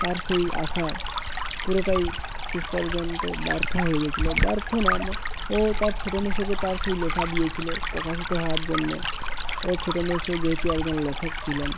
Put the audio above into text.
তার সেই আশা পুরোটাই শেষ পর্যন্ত ব্যর্থ হয়ে গিয়েছিলো ব্যর্থ না ও তার ছোটো মেসোকে তার সেই লেখা দিয়েছিলো প্রকাশিত হওয়ার জন্য ওর ছোটো মেসো যেহেতু একজন লেখক ছিলেন